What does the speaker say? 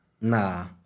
Nah